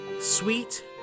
sweet